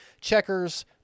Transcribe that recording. Checker's